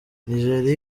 nigeria